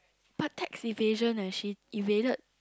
but tax evasion eh she evaded